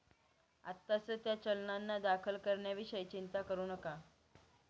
आत्ताच त्या चलनांना दाखल करण्याविषयी चिंता करू नका